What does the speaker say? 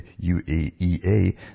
UAEA